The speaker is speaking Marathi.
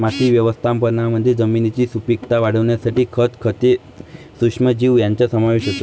माती व्यवस्थापनामध्ये जमिनीची सुपीकता वाढवण्यासाठी खत, खते, सूक्ष्मजीव यांचा समावेश होतो